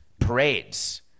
parades